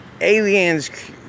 Aliens